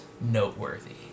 noteworthy